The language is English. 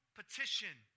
petition